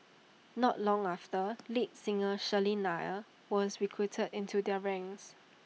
not long after lead singer Shirley Nair was recruited into their ranks